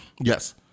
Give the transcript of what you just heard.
Yes